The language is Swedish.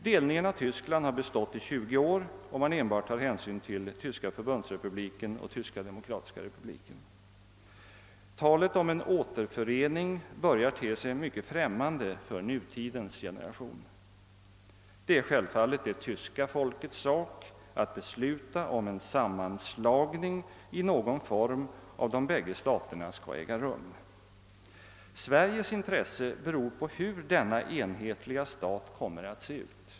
Delningen av Tyskland har bestått i tjugo år — om man enbart tar hänsyn till Tyska förbundsrepubliken och Tyska demokratiska republiken. Talet om en återförening börjar te sig mycket främmande för nutidens generation. Det är självfallet det tyska folkets sak att besluta, om en sammanslagning i någon form av de bägge staterna skall äga rum. Sveriges intresse beror på hur denna enhetliga stat kommer att se ut.